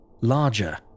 larger